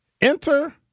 enter